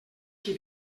qui